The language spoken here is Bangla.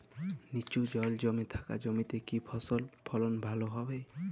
নিচু জল জমে থাকা জমিতে কি ফসল ফলন ভালো হবে?